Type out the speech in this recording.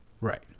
Right